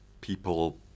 people